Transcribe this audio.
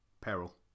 peril